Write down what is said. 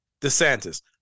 DeSantis